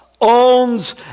owns